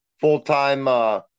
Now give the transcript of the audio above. full-time